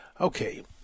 Okay